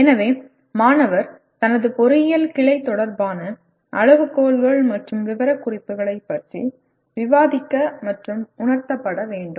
எனவே மாணவர் தனது பொறியியல் கிளை தொடர்பான அளவுகோல்கள் மற்றும் விவரக்குறிப்புகளைப் பற்றி விவாதிக்க மற்றும் உணர்த்தப் பட வேண்டும்